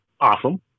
awesome